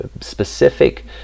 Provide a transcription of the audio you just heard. specific